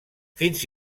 fins